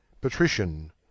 patrician